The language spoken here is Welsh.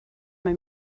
mae